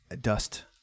Dust